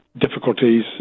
difficulties